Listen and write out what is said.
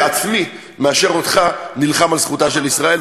עצמי מאשר אותך נלחם על זכותה של ישראל,